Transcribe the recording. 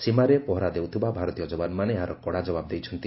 ସୀମାରେ ପହରା ଦେଉଥିବା ଭାରତୀୟ ଯବାନମାନେ ଏହାର କଡ଼ା ଜବାବ ଦେଇଛନ୍ତି